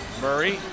Murray